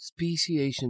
Speciation